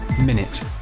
Minute